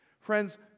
friends